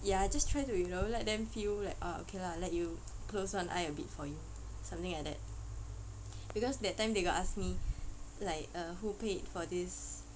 ya just try you know let them feel like oh okay lah let you close one eye a bit for you something like that because that time they got ask me like um who paid for this